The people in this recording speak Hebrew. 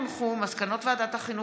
מסקנות ועדת החינוך,